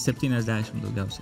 septyniasdešim daugiausia